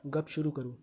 गप शुरू करू